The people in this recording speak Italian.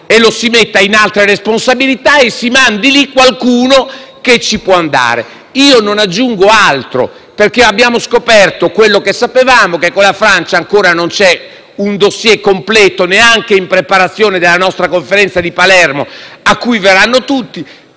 gli sia diano altre responsabilità e si mandi lì qualcuno che ci può andare. Non aggiungo altro, perché abbiamo scoperto quello che sapevamo, ovvero che con la Francia ancora non c'è un *dossier* completo, neanche in preparazione della nostra Conferenza di Palermo, alla quale verranno tutti.